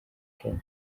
kenya